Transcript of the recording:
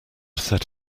set